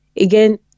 again